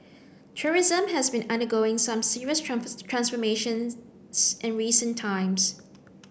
tourism has been undergoing some serious transformation in recent times